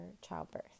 childbirth